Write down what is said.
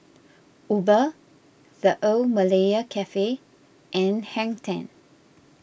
Uber the Old Malaya Cafe and Hang ten